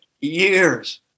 years